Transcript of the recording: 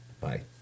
Bye